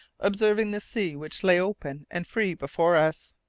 observing the sea which lay open and free before us.